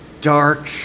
dark